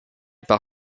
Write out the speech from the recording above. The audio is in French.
par